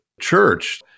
church